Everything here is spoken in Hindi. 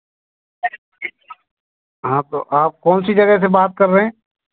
हाँ तो आप कौनसी जगह से बात कर रहे हैं